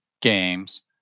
games